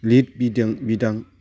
लिरबिदां